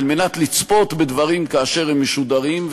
כדי לצפות בדברים כשהם משודרים,